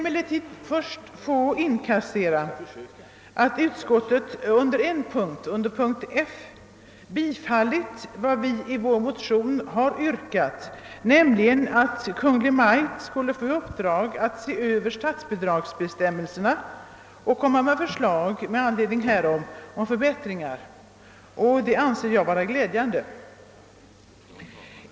Låt mig först konstatera att utskottet under punkt F biträtt vårt motionsyrkande, nämligen att Kungl. Maj:t skall få i uppdrag att se över statsbidragsbestämmelserna och komma med förslag om förbättringar. Jag anser detta vara glädjande.